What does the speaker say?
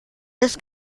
des